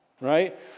right